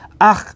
Ach